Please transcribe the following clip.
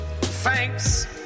thanks